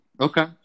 Okay